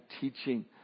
teaching